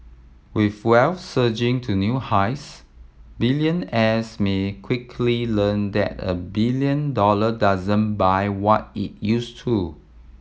with wealth surging to new highs billionaires me quickly learn that a billion dollar doesn't buy what it used to